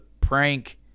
Prank